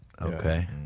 Okay